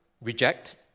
reject